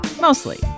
Mostly